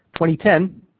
2010